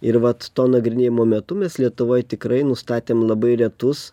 ir vat to nagrinėjimo metu mes lietuvoj tikrai nustatėm labai retus